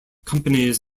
companies